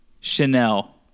Chanel